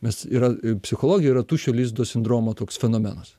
mes yra psichologijoj yra tuščio lizdo sindromo toks fenomenas